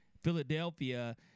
Philadelphia